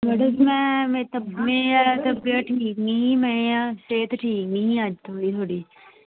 मड़ो में मेरी तबीयत ठीक निं ही मेरी तबीयत ठीक नेहीं में आं सेह्त ठीक निं ही किश अज्ज मेरी